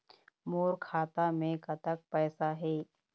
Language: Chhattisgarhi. मोर खाता मे कतक पैसा हे?